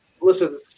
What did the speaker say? listen